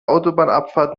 autobahnabfahrt